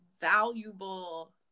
valuable